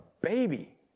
baby